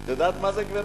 את יודעת מה זה, גברתי?